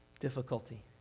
Difficulty